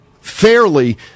fairly